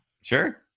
Sure